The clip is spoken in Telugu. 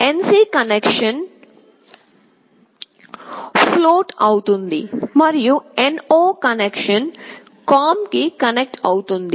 NC కనెక్షన్ ఫ్లోట్ అవుతుంది మరియు NO కనెక్షన్ COM కి కనెక్ట్ అవుతుంది